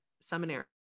seminary